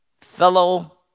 fellow